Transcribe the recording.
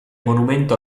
monumento